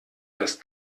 das